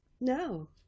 No